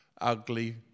Ugly